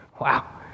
wow